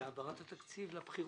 העברת התקציב לבחירות.